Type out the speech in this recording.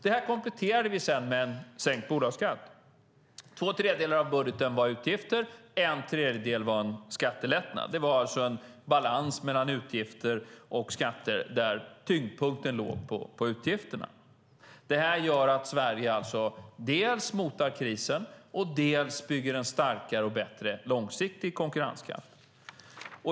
Det här kompletterade vi sedan med en sänkt bolagsskatt. Två tredjedelar av budgeten var utgifter, en tredjedel var en skattelättnad. Det var alltså en balans mellan utgifter och skatter där tyngdpunkten låg på utgifterna. Det här gör att Sverige alltså dels motar krisen, dels bygger en starkare och bättre långsiktig konkurrenskraft.